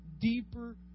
deeper